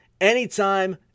anytime